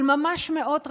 אבל ממש מאות רבות,